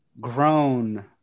grown